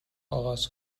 آغاز